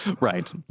Right